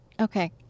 Okay